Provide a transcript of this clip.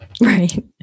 Right